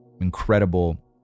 incredible